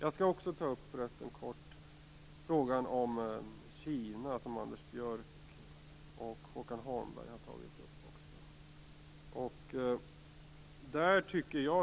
Jag vill också ta upp frågan om Kina - som Anders Björck och Håkan Holmberg också tog upp.